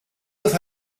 with